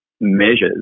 measures